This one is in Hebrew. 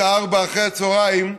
בשעה 16:00,